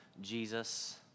Jesus